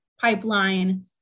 pipeline